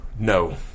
No